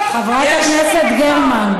חברת הכנסת גרמן,